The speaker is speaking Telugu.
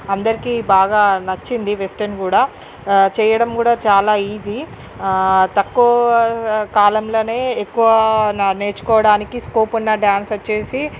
అందరికి బాగా నచ్చింది వెస్ట్రన్ కూడా చేయడం కూడా చాలా ఈజీ తక్కువ కాలంలోనే ఎక్కువ న నేర్చుకోవడానికి స్కోపు ఉన్న డ్యాన్స్ వచ్చేసి